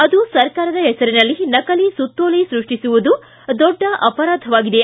ಅದೂ ಸರಕಾರದ ಪೆಸರಿನಲ್ಲಿ ನಕಲಿ ಸುತ್ತೋಲೆ ಸೃಷ್ಟಿಸುವುದು ದೊಡ್ಡ ಅಪರಾಧವಾಗಿದೆ